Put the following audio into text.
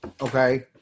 Okay